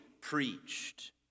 preached